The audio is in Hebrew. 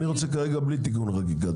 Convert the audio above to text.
אני רוצה כרגע בלי תיקון חקיקה,